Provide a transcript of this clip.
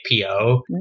PO